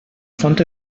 font